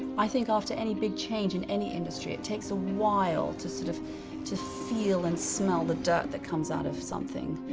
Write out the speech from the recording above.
i think after any big change in any industry, it takes a while to sort of feel and smell the dirt that comes out of something,